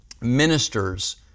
ministers